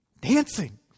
dancing